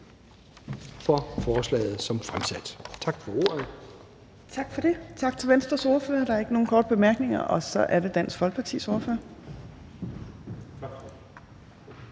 for forslaget som fremsat. Tak for ordet. Kl. 14:34 Tredje næstformand (Trine Torp): Tak til Venstres ordfører. Der er ikke nogen korte bemærkninger. Så er det Dansk Folkepartis ordfører.